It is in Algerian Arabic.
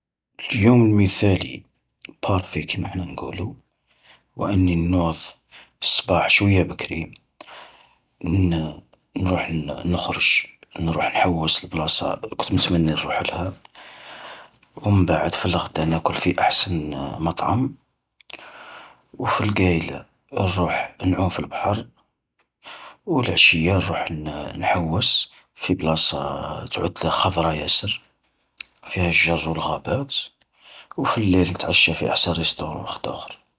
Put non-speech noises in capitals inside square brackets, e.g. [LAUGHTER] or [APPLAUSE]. اليوم المثالي البارفي كيما نقولو، هو أني نوض الصباح شوية بكري، ن-نروح [HESITATION] نخرج، نروح نحوس لبلاصة كنت متمني نروحلها، ومن بعد في الغدا نأكل في أحسن [HESITATION] مطعم وفي القايلة نروح نعوم في البحر، والعشية نروح ن-نحوس في بلاصة [HESITATION] تعود خضرة ياسر، فيها الشجر والغابات، وفي الليل نتعشى في احسن ريستورن وخداخر.